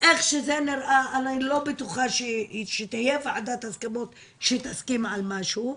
איך שזה נראה אני לא בטוחה שתהיה ועדת הסכמות שתסכים על משהו.